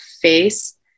face